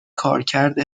کارکرد